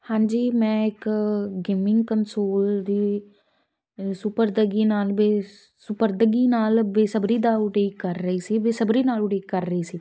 ਹਾਂਜੀ ਮੈਂ ਇੱਕ ਗੇਮਿੰਗ ਕੰਸੋਲ ਦੀ ਸੁਪਰਤਗੀ ਨਾਲ ਵੀ ਸੁਪਰਦਗੀ ਨਾਲ ਬੇਸਬਰੀ ਦਾ ਉਡੀਕ ਕਰ ਰਹੀ ਸੀ ਬੇਸਬਰੀ ਨਾਲ ਉਡੀਕ ਕਰ ਰਹੀ ਸੀ